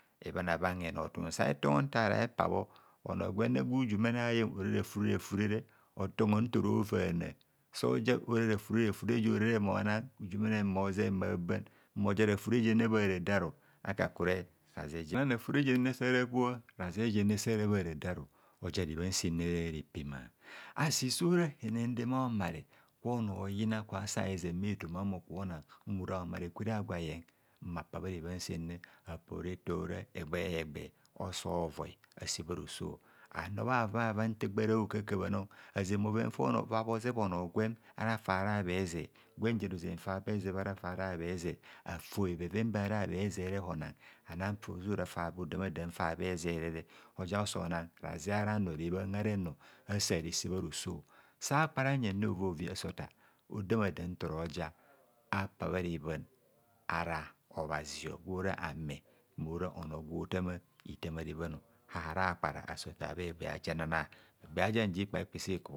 Ebhana bhan henotum sahetongho ntara hepabho onor gwenne gwa igumene aye aro rafure rafure ne otongho ntoro vana soja ora rafure rafure jora mona ijumene mmoze mma ban mmor ja rafure je bho haradaru oje raze rafure jene sarakpoa razep jene sara bho hara daru oja rebham sene repema asi sora hene ndeme a'homare kwonor oyina kwa sa hezen bhaetoma ame okubho na mmora homare kwere ag wo aye mma pa bhare bhan senne apaora eto hora egba ho egba so voi ase bharoso anobha vava nta gbara a'oka kabha nor aze bhoven fa bhozep onor gwem ara fara ha bhe zep gwen jene ozen fa bheze ara fara habheze, afoi bheven bara habhe zere hona ana fosora fa bhodama dam fa bhe zere oja osona raze aranor rebhan arenor asa re se bha roso sa kpara nyene ovo vi ase otar odama dam ntoroja apa bha rebhan ara obhazi gworo ame mora onor gwotama itam a'rebhan a hara’ kpara ase otar bha esba ajenana egba jen ja ikpaikpa isiku.